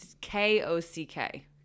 k-o-c-k